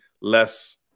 less